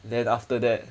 then after that